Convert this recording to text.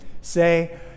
say